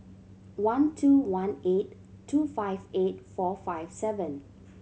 one two one eight two five eight four five seven